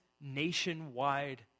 nationwide